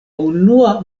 unua